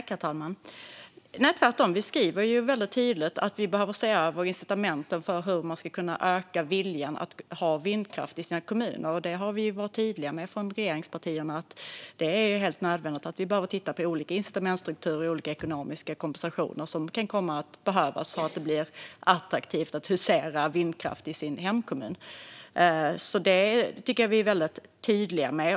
Herr talman! Tvärtom - vi skriver ju väldigt tydligt att incitamenten för att öka viljan att ha vindkraft i sin kommun behöver ses över. Från regeringspartierna har vi varit tydliga med att det är helt nödvändigt att titta på olika incitamentsstrukturer och olika ekonomiska kompensationer som kan komma att behövas för att göra det attraktivt att hysa vindkraft i sin hemkommun. Detta tycker jag att vi är väldigt tydliga med.